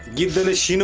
the village you know